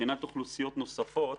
מבחינת אוכלוסיות נוספות,